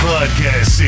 Podcast